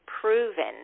proven